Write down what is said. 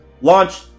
Launch